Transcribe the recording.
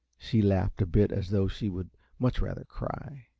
she laughed a bit, as though she would much rather cry.